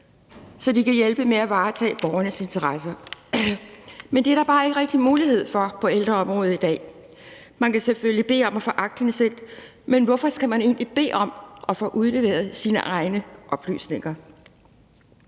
så de kan hjælpe med at varetage borgerens interesser. Men det er der bare ikke rigtig mulighed for på ældreområdet i dag. Man kan selvfølgelig bede om at få aktindsigt, men hvorfor skal man egentlig bede om at få udleveret sine egne oplysninger?